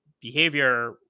behavior